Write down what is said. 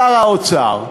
שר האוצר,